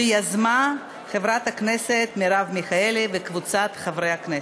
שיזמו חברת הכנסת מרב מיכאלי וקבוצת חברי הכנסת.